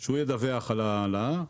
שהוא ידווח על ההעלאה.